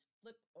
flip